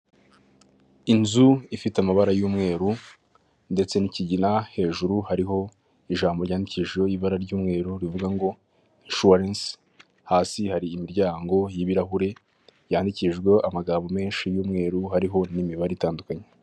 Aba n' abantu batatu bari ahantu hamwe mu nzu isize amabara y'umuhondo barakeye cyane yiganjemo abagabo babiri n'umugore umwe wambaye ikanzu y'umukara n'amadarubindi imbere ye hateretse agacupa k'amazi.